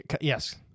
Yes